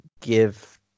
give